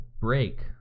break